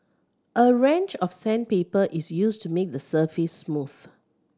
a range of sandpaper is used to make the surface smooth